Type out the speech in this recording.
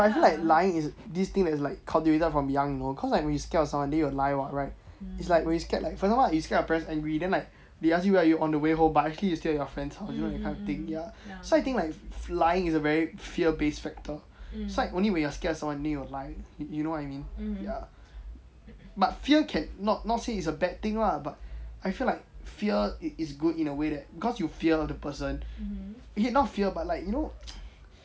but I feel like lying this thing is like cultivated from young you know cause like when we scared of someone then you will lie what right it's like when you scared like for example you scared of your parents angry then like they ask you where are you on the way home but actually you are still at your frined's house you know that kind of thing ya so I think like lying is a very fear based factor so like only when you scared of someone you will lie you know what I mean ya but fear cannot not say it's a bad thing lah but I feel like fear is good in a way that cause you fear the person okay not fear but you know